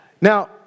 Now